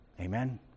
Amen